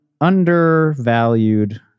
undervalued